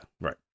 Right